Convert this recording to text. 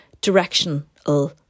directional